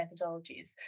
methodologies